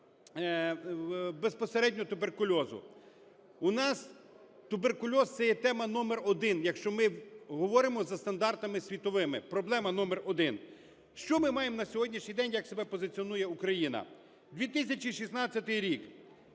безпосередньо туберкульозу. У нас туберкульоз – це є тема номер один, якщо ми говоримо за стандартами світовими, проблема номер один. Що ми маємо на сьогоднішній день, як себе позиціонує Україна? 2016 рік: